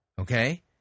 Okay